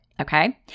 okay